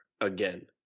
again